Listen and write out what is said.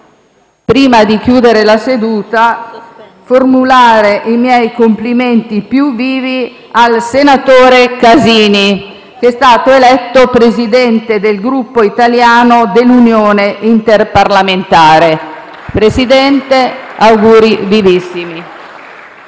Prima di sospendere i lavori, vorrei formulare i miei complimenti più vivi al senatore Casini, che è stato eletto Presidente del Gruppo italiano dell'Unione interparlamentare. Presidente Casini, auguri vivissimi.